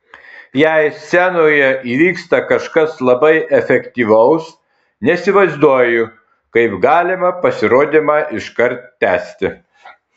jei scenoje įvyksta kažkas labai efektyvaus neįsivaizduoju kaip galima pasirodymą iškart tęsti